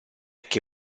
che